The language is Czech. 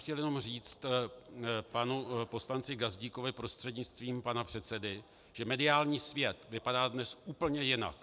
Chtěl bych jenom říct panu poslanci Gazdíkovi prostřednictvím pana předsedy, že mediální svět vypadá dnes úplně jinak.